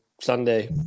Sunday